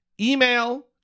Email